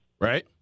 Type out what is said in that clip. right